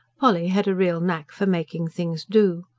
polly had a real knack for making things do.